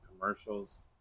commercials